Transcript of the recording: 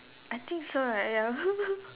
I think so right ya